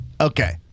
Okay